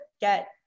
get